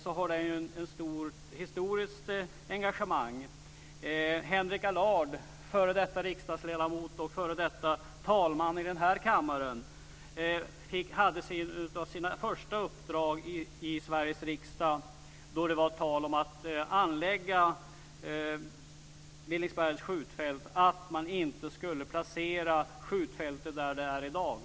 När det var tal om att anlägga Villingsbergs skjutfält hade Henry Allard, f.d. riksdagsledamot och f.d. talman här i kammaren, ett av sina första uppdrag i Sveriges riksdag och talade för att man inte skulle placera skjutfältet där det ligger i dag.